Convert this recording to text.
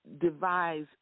devise